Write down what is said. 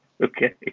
Okay